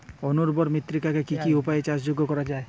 অনুর্বর মৃত্তিকাকে কি কি উপায়ে চাষযোগ্য করা যায়?